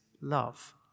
love